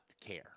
care